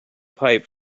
pipe